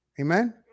Amen